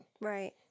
Right